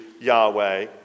Yahweh